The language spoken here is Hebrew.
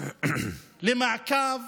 למעקב